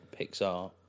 Pixar